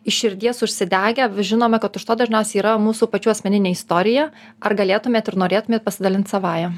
iš širdies užsidegę žinome kad už to dažniausiai yra mūsų pačių asmeninė istorija ar galėtumėt ir norėtumėt pasidalint savąja